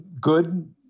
good